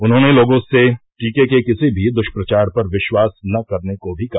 उन्होंने लोगों से टीके के किसी भी दुष्प्रचार पर विश्वास न करने को भी कहा